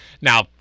Now